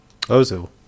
Ozil